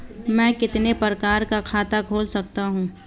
मैं कितने प्रकार का खाता खोल सकता हूँ?